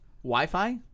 Wi-Fi